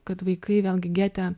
kad vaikai vėlgi gete